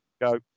Go